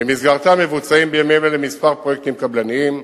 במסגרתה מבוצעים בימים אלה כמה פרויקטים קבלניים.